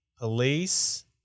police